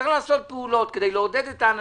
צריך לעשות פעולות כדי לעודד את האנשים,